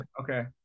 okay